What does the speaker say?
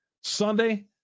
Sunday